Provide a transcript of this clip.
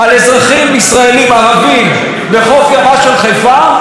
על אזרחים ישראלים ערבים בחוף ימה של חיפה?